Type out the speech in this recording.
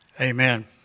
Amen